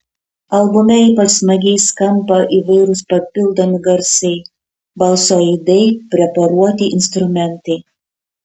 albume ypač smagiai skamba įvairūs papildomi garsai balso aidai preparuoti instrumentai